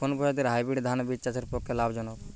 কোন প্রজাতীর হাইব্রিড ধান বীজ চাষের পক্ষে লাভজনক?